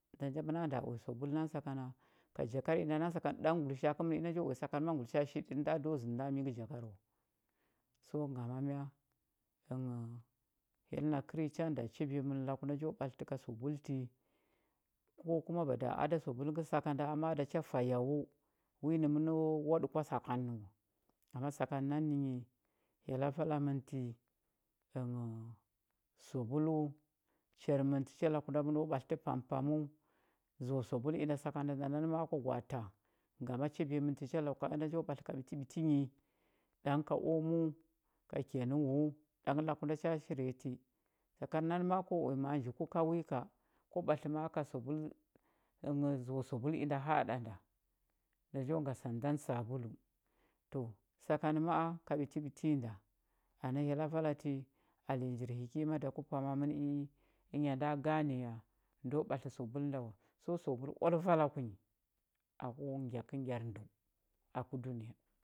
Nda məna nda uya sabul nanə sakana ka jakar inda nanə sakan ɗang ngulisha a kəmə inda njo uya sakan ngulisha a shiɗəɗə nda a do zəndə nda mi ngə sabul wa so ngama mya ənghəu hyell na kərnyi cha nda chabiya mən laku nda njo ɓatlətə ka sabul ti ko kuma mada a da sabul ngə sakanda a da cha fayau wi nə məno waɗə kwa sakan nə wa ama sakan nan nənyi hyella vala mən ti ənghəu sabulu char mən tə cha laku nda məno ɓatlətə pampaməu zəwa sabul inda sakanda nda nanə ma a kwa gwa a tah ngama chabiya mən tə cha laku ənda njo ɓatlə ka ɓitiɓiti yi ɗang ka omu ka kenəu ɗang laku da cha shirya ti sakan nanə ko uya ma a nji ku kawuyuka kwa ɓatlə ma a ka sabulu ənghəu zəwa sabul inda haaɗa nda njo nda nga sandan sabulu to sakan ma a ka ɓitiɓiti nyi da anə hyella vala ti alenya njir hikima da ku pama mən ii ənya nda gane wa ndo ɓatlə sabul nda wa so sabul oal vala kunyi aku ngyakəngyar ndəu aku dunəya,